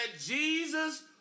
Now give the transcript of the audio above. Jesus